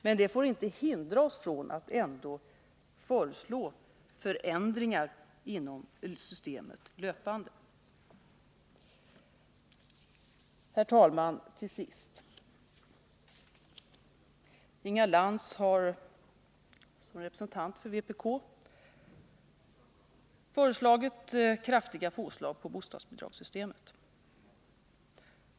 Men det får inte hindra oss från att ändå löpande föreslå förändringar inom systemet. Till sist, herr talman! Inga Lantz har som representant för vpk föreslagit kraftiga påslag på bostadsbidragssystemet.